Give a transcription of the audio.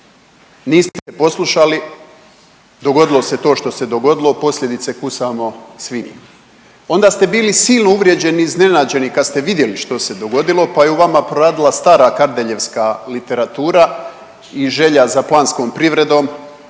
Niste poslušali, dogodilo se to što se dogodilo. Posljedice kusamo svi mi. Onda ste bili silno uvrijeđeni, iznenađeni kad ste vidjeli što se dogodilo, pa je u vama proradila stara Kardeljevska literatura i želja za planskom privredom,